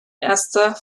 erster